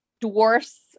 dwarfs